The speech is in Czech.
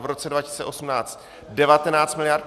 V roce 2018 19 miliard.